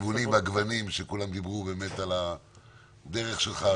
הכיוונים והגוונים שכולם דיברו באמת על הדרך שלך,